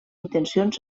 intencions